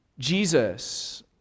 Jesus